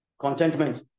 Contentment